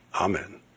amen